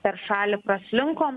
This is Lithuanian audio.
per šalį praslinko